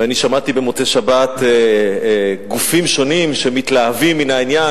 ואני שמעתי במוצאי שבת גופים שונים שמתלהבים מן העניין